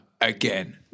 again